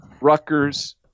Rutgers